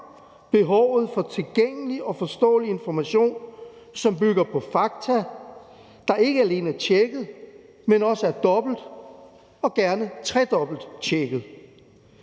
behovet for tilgængelig og forståelig information, som bygger på fakta, der ikke alene er blevet tjekket, men også er blevet dobbelttjekket og gerne tredobbelttjekket.